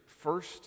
first